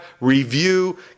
Review